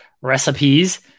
recipes